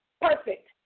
Perfect